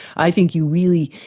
i think you really,